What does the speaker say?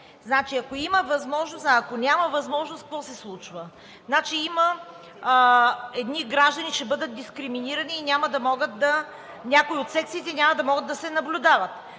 а ако няма възможност, какво се случва? Значи едни граждани ще бъдат дискриминирани и някои от секциите няма да могат да се наблюдават.